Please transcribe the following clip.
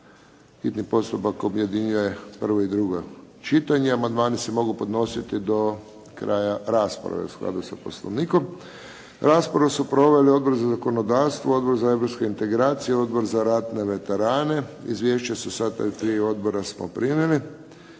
hitni postupak objedinjuje prvo i drugo čitanje. Amandmani se mogu podnositi do kraja rasprave, u skladu sa Poslovnikom. Raspravu su proveli Odbor za zakonodavstvo, Odbor za europske integracije, Odbor za ratne veterane. Izvješća sa sva ta tri odbora smo primili.